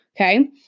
Okay